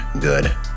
good